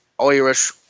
Irish